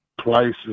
places